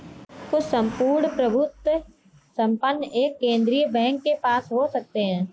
कुछ सम्पूर्ण प्रभुत्व संपन्न एक केंद्रीय बैंक के पास हो सकते हैं